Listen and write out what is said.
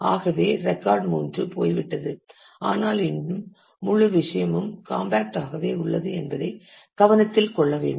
ஆகவே ரெக்கார்ட் 3 போய்விட்டது ஆனால் இன்னும் முழு விஷயமும் காம்பேக்ட் ஆகவே உள்ளது என்பதை கவனத்தில் கொள்ள வேண்டும்